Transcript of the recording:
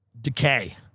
decay